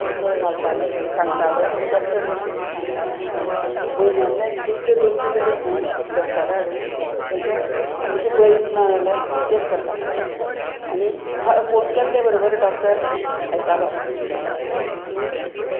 ते सगळे घालताले सांगताले डॉक्टर कशे सांगता तशें हांव म्हयन्यांतल्यान एकदां दोनदां तरी हांव डॉक्टर हाडून तेंका म्हणजे बरी ना जाल्यार चॅक करताले आनी फोन केल्ले बरोबर डॉक्टर येतालो आनी